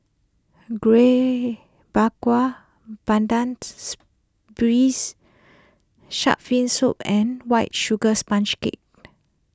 Kueh Bakar Pandan Braised Shark Fin Soup and White Sugar Sponge Cake